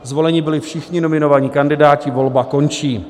Zvoleni byli všichni nominovaní kandidáti, volba končí.